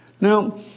Now